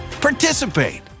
participate